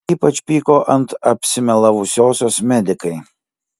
ypač pyko ant apsimelavusiosios medikai